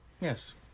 Yes